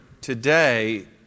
today